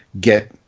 get